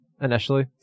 initially